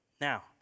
Now